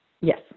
Yes